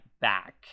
back